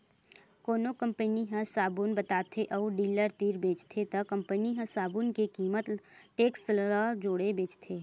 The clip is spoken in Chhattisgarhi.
कोनो कंपनी ह साबून बताथे अउ डीलर तीर बेचथे त कंपनी ह साबून के कीमत म टेक्स ल जोड़के बेचथे